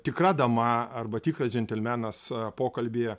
tikra dama arba tikras džentelmenas pokalbyje